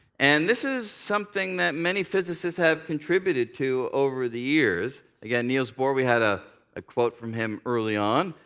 and this is something that many physicists have contributed to over the years. again, niels bohr, we had a ah quote from him early on,